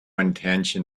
intention